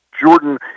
Jordan